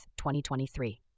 2023